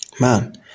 man